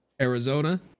Arizona